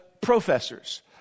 professors